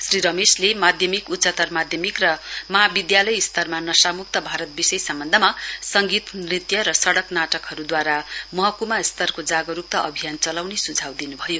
श्री रमेशले माध्यमिक उच्चतर माध्यमिक र महाविद्यालय स्तरमा नशामुक्त भारत विषय सम्वन्धमा संगीत नृत्य र सड़क नाटकहरुद्वारा महकुमा स्तरको जागरुकता अभियान गर्ने सुझाउ दिनुभयो